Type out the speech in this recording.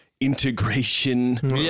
integration